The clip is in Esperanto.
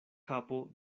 kapo